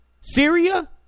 Syria